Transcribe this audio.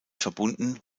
verbunden